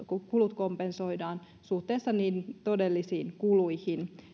kulut kompensoidaan suhteessa niihin todellisiin kuluihin